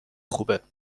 خوبه